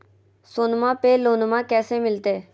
सोनमा पे लोनमा कैसे मिलते?